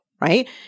right